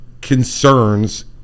concerns